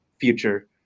future